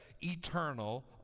eternal